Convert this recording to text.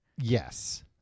Yes